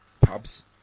pubs